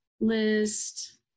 list